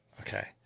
Okay